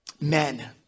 men